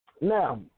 Now